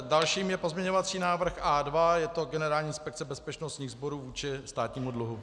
Dalším je pozměňovací návrh A2 je to Generální inspekce bezpečnostních sborů vůči státnímu dluhu.